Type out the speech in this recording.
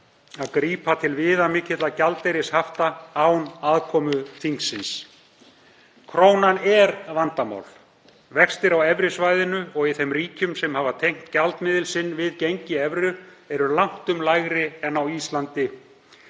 að grípa til viðamikilla gjaldeyrishafta án aðkomu þingsins? Krónan er vandamál. Vextir á evrusvæðinu og í þeim ríkjum sem hafa tengt gjaldmiðil sinn við gengi evru eru langtum lægri en á Íslandi.